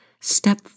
Step